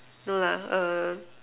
no lah err